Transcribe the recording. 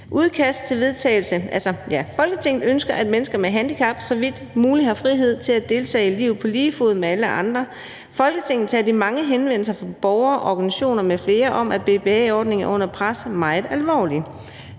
Forslag til vedtagelse »Folketinget ønsker, at mennesker med handicap så vidt muligt har frihed til at deltage i livet på lige fod med alle andre. Folketinget tager de mange henvendelser fra borgere, organisationer m.fl. om, at BPA-ordningen er under pres, meget alvorligt.